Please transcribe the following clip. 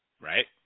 right